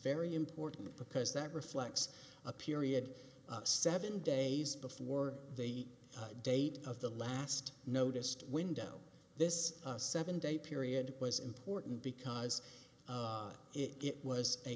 very important because that reflects a period of seven days before the date of the last noticed window this seven day period was important because it was